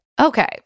Okay